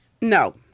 No